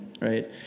right